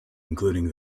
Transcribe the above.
including